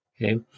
Okay